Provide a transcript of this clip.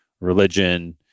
religion